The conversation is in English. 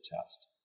test